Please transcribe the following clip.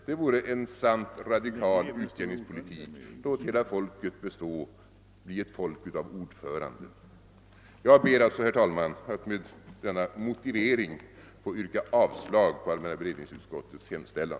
Det vore en sant radikal utjämningspolitik. Låt folket bli ett folk av ordförande! Jag ber alltså, herr talman, att med denna motivering få yrka avslag på allmänna beredningsutskottets hemställan.